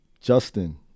Justin